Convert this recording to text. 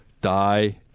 Die